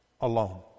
alone